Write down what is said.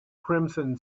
crimson